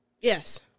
Yes